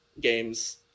games